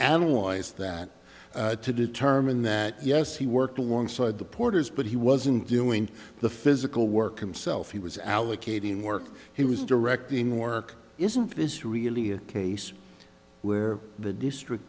analyze that to determine that yes he worked alongside the porters but he wasn't doing the physical work himself he was allocating work he was directing work isn't this really a case where the district